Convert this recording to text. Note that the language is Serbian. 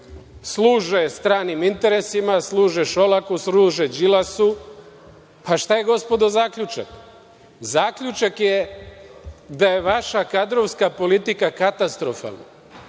služe stranim interesima, služe Šolaku, služe Đilasu. Šta je, gospodo, zaključak? Zaključak je da je vaša kadrovska politika katastrofalna,